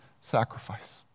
sacrifice